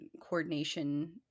coordination